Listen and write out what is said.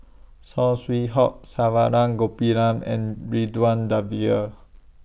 Saw Swee Hock Saravanan Gopinathan and Ridzwan Dzafir